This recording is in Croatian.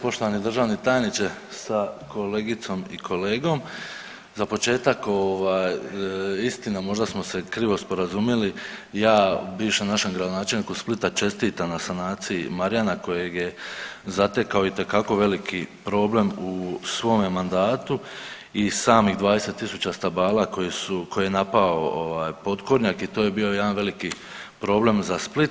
Poštovani državni tajniče sa kolegicom i kolegom, za početak ovaj istina možda smo se krivo sporazumjeli ja bivšem našem gradonačelniku Splita čestitam na sanaciji Marjana kojeg je zatekao itekako veliki problem u svome mandatu i samih 20.000 stabala koje su, koje je napao ovaj potkornjak i to je bio jedan veliki problem za Split.